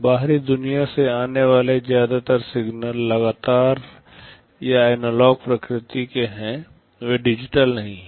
बाहरी दुनिया से आने वाले ज्यादातर सिग्नल लगातार या एनालॉग प्रकृति के हैं वे डिजिटल नहीं हैं